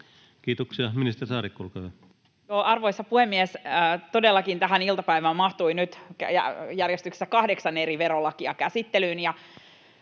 Kiitoksia. — Ministeri Saarikko, olkaa hyvä. Arvoisa puhemies! Todellakin tähän iltapäivään mahtui nyt järjestyksessä kahdeksan eri verolakia käsittelyyn,